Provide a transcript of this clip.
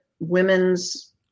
women's